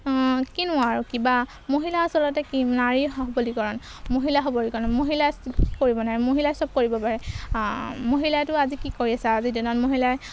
কিনো আৰু কিবা মহিলা আচলতে কি নাৰী সবলীকৰণ মহিলা সবলীকৰণ মহিলাই কি কৰিব নোৱাৰে মহিলাই চব কৰিব পাৰে মহিলাইটো আজি কি কৰিছে আজি দিনত মহিলাই